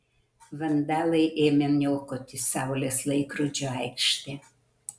vandalai ėmė niokoti saulės laikrodžio aikštę